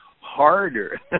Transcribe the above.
harder